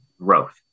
growth